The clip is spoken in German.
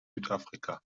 südafrika